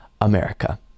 America